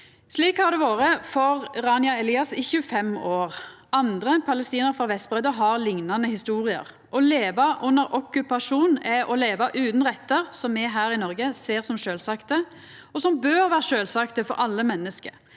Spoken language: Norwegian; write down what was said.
Slik har det vore for Rania Elias i 25 år. Andre palestinarar frå Vestbredda har liknande historier. Å leva under okkupasjon er å leva utan rettar som me her i Noreg ser som sjølvsagde, og som bør vera sjølvsagde for alle menneske: